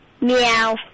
Meow